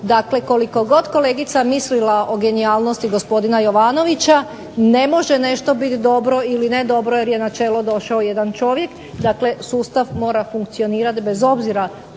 dakle koliko god kolegica mislila o genijalnosti gospodina Jovanovića, ne može nešto biti dobro ili ne dobro jer je na čelo došao jedan čovjek, dakle sustav mora funkcionirati bez obzira